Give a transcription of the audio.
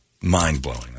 mind-blowing